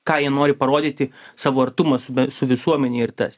ką jie nori parodyti savo artumą su su visuomene ir tas